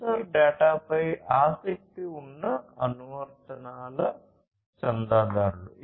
censor డేటాపై ఆసక్తి ఉన్న అనువర్తనాలు చందాదారులు